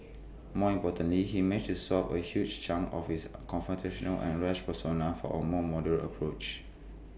more importantly he managed to swap A huge chunk of his confrontational and rash persona for A more moderate approach